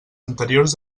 anteriors